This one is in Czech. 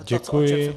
Děkuji.